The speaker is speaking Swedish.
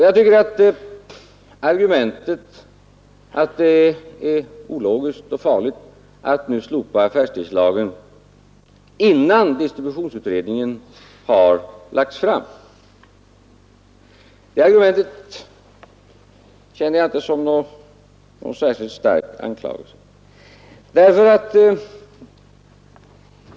Jag känner vidare inte argumentet att det är ologiskt och farligt att nu slopa affärstidslagen innan distributionsutredningen har lagts fram som någon särskilt stark anklagelse.